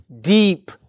deep